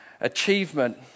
Achievement